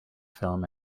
film